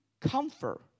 comfort